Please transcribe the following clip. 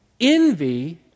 envy